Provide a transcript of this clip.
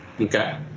Okay